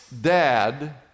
dad